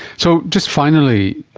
so just finally,